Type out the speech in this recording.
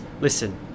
Listen